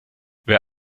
wer